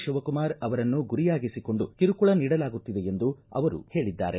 ಶಿವಕುಮಾರ್ ಅವರನ್ನು ಗುರಿಯಾಗಿಸಿಕೊಂಡು ಕಿರುಕುಳ ನೀಡಲಾಗುತ್ತಿದೆ ಎಂದು ಅವರು ಹೇಳಿದರು